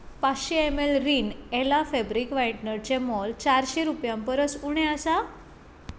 पांचशें एमएल रिन एला फॅब्रिक व्हायटनराचें मोल चारशें रुपयां परस उणें आसा